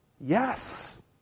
Yes